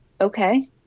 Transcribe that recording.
okay